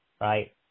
right